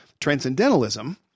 transcendentalism